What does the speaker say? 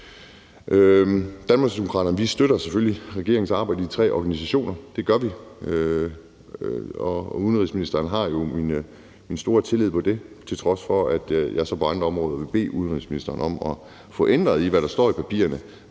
Danmarksdemokraterne støtter selvfølgelig regeringens arbejde i de tre organisationer, det gør vi, og udenrigsministeren nyder jo min store tillid på det område, til trods for at jeg så på andre områder vil bede udenrigsministeren om at få ændret i, hvad der står i papirerne.